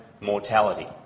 mortality